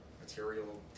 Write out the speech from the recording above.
material